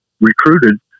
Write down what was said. recruited